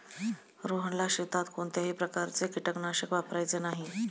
रोहनला शेतात कोणत्याही प्रकारचे कीटकनाशक वापरायचे नाही